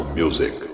music